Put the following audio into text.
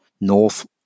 north